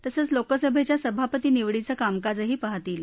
तसंच लोकसभेच्या सभापती निवडीचं कामकाजही पाहतील